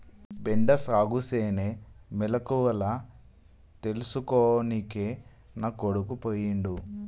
బెండ సాగుసేనే మెలకువల తెల్సుకోనికే నా కొడుకు పోయిండు